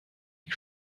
die